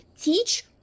teach